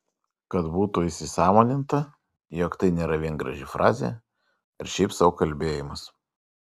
kad būtų įsisąmoninta jog tai nėra vien graži frazė ar šiaip sau kalbėjimas